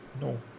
No